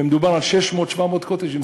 ומדובר על 600 700 קוטג'ים.